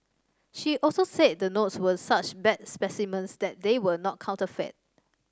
she also said the notes were such bad specimens that they were not counterfeit